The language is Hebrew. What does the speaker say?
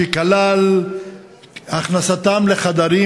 שכלל את הכנסתן לחדרים,